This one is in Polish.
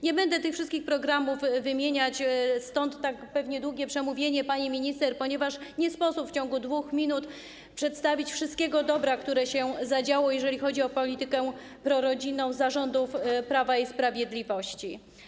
Nie będę tych wszystkich programów wymieniać, stąd pewnie tak długie było przemówienie pani minister, ponieważ nie sposób w ciągu 2 minut przedstawić całego dobra, które się zadziało, jeżeli chodzi o politykę prorodzinną za rządów Prawa i Sprawiedliwości.